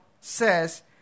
says